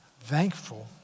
thankful